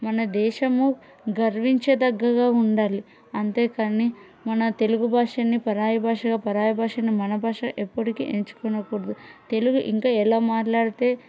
మన దేశము గర్వించతగ్గదిగా ఉండాలి అంతేకానీ మన తెలుగు భాషని పరాయ భాషగా పరాయ భాషని మన భాష ఎప్పటికీ ఎంచుకోకూడదు తెలుగు ఇంకా ఎలా మాట్లాడితే